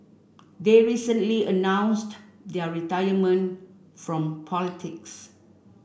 they recently announced their retirement from politics